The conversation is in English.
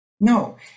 no